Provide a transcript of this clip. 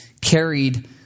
carried